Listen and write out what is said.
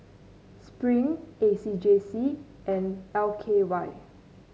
Spring A C J C and L K Y